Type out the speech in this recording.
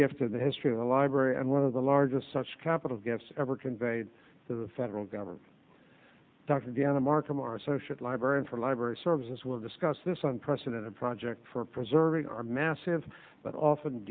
gift in the history of the library and one of the largest such capital gifts ever conveyed to the federal government dr deanna markham our associate librarian for library services will discuss this unprecedented project for preserving our massive but often